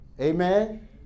Amen